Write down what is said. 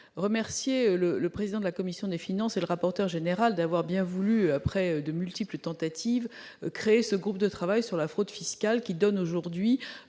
remercier le président de la commission des finances et le rapporteur général d'avoir bien voulu, après de multiples tentatives, créer ce groupe de travail sur la fraude fiscale qui donne aujourd'hui